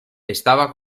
estaba